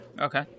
Okay